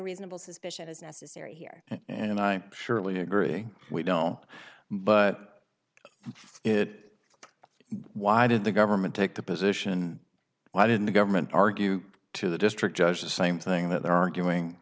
reasonable suspicion is necessary here and i surely agree we don't know but it why did the government take the position why didn't the government argue to the district judge the same thing that they're arguing